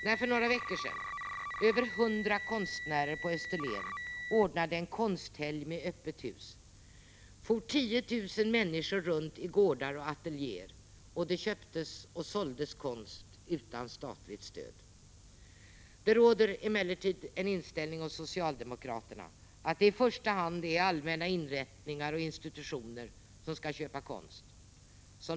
När för några veckor sedan över 100 konstnärer på Österlen ordnade en konsthelg med öppet hus for 10 000 människor runt i gårdar och ateljéer, och det köptes och såldes konst utan statligt stöd. Det råder emellertid en inställning hos socialdemokraterna som går ut på att det i första hand är allmänna inrättningar och institutioner som skall köpa konst.